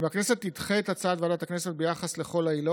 אם הכנסת תדחה את הצעת ועדת הכנסת ביחס לכל העילות,